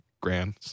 grand